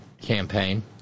campaign